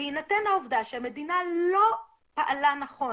בהינתן העובדה שהמדינה לא פעלה נכון